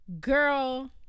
girl